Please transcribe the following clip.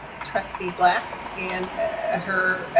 trustee black and her